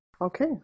Okay